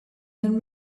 then